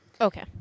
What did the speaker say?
Okay